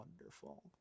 wonderful